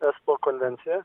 espo konvenciją